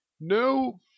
No